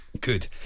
Good